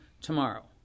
tomorrow